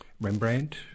Rembrandt